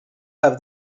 have